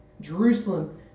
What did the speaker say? Jerusalem